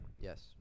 Yes